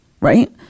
Right